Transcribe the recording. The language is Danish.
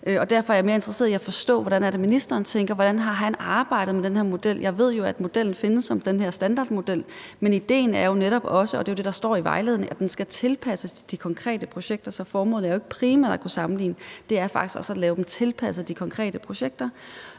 Derfor er jeg mere interesseret i at forstå, hvordan det er, ministeren tænker – hvordan han har arbejdet med den her model. Jeg ved, at modellen findes som den her standardmodel, men idéen er jo netop også – og det er jo det, der står i vejledningen – at den skal tilpasses de konkrete projekter. Så formålet er jo ikke primært at kunne sammenligne; det er faktisk også at lave dem tilpasset de konkrete projekter.